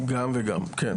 גם וגם, כן.